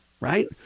right